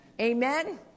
Amen